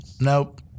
Nope